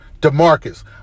DeMarcus